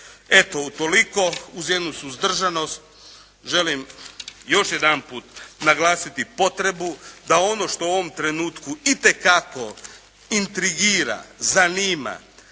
Eto utoliko uz jednu suzdržanost želim još jedanput naglasiti potrebu da ono što u ovom trenutku itekako intigrira, zanima